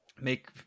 make